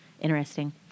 interesting